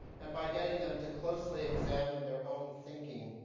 and by getting them to closely examine their own thinking.